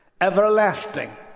Everlasting